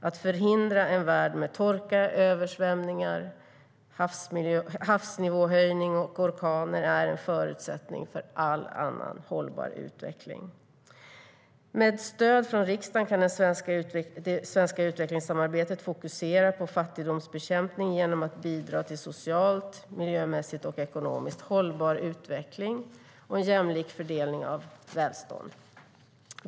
Att förhindra torka, översvämningar, havsnivåhöjning och orkaner är en förutsättning för all annan hållbar utveckling. Med stöd från riksdagen kan det svenska utvecklingssamarbetet fokusera på fattigdomsbekämpning genom att bidra till en socialt, miljömässigt och ekonomiskt hållbar utveckling och en jämlik fördelning av välstånd.